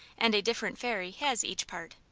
and a different fairy has each part.